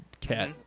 cat